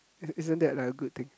is isn't that a good thing